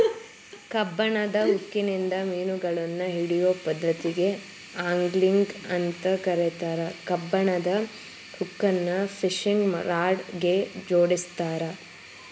ಕಬ್ಬಣದ ಹುಕ್ಕಿನಿಂದ ಮಿನುಗಳನ್ನ ಹಿಡಿಯೋ ಪದ್ದತಿಗೆ ಆಂಗ್ಲಿಂಗ್ ಅಂತ ಕರೇತಾರ, ಕಬ್ಬಣದ ಹುಕ್ಕನ್ನ ಫಿಶಿಂಗ್ ರಾಡ್ ಗೆ ಜೋಡಿಸಿರ್ತಾರ